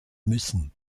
müssen